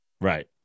right